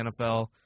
NFL